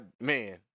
Man